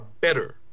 better